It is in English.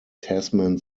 tasman